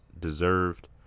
deserved